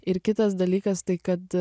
ir kitas dalykas tai kad